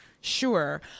sure